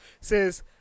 says